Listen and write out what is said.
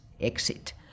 exit